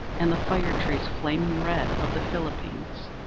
and the fire trees, flaming red, of the philippines.